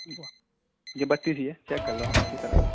واہ یہ بتیس ہی ہے چیک کر لو آپ اچھی طرح